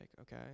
okay